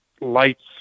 lights